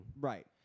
Right